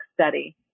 study